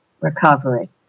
recovery